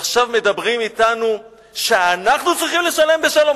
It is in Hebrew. ועכשיו מדברים אתנו שאנחנו צריכים לשלם בשלום?